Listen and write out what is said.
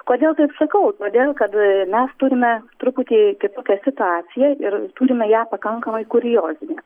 kodėl taip sakau todėl kad mes turime truputį kitokią situaciją ir turime ją pakankamai kuriozinę